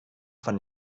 von